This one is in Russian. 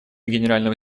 генерального